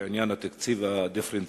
לעניין התקציב הדיפרנציאלי,